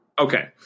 Okay